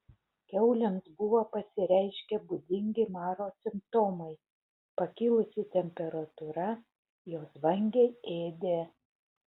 kiaulėms buvo pasireiškę būdingi maro simptomai pakilusi temperatūra jos vangiai ėdė